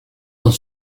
dans